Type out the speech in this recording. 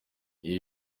ibi